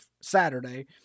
Saturday